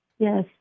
Yes